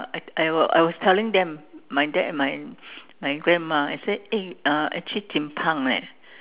I was I was telling them my dad and my my grandma I said eh uh actually leh